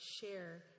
share